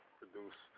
produce